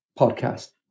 podcast